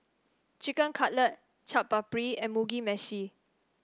Chicken Cutlet Chaat Papri and Mugi Meshi